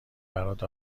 برات